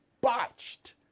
botched